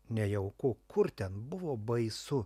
nejauku kur ten buvo baisu